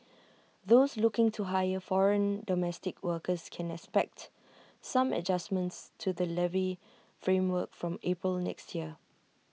those looking to hire foreign domestic workers can expect some adjustments to the levy framework from April next year